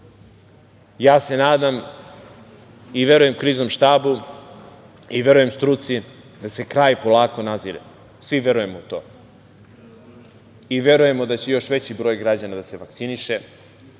Nadam se i verujem Kriznom štabu, i verujem struci, da se kraj polako nazire. Svi verujemo u to. Verujemo da će još veći broj građana da se vakciniše,